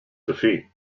defeat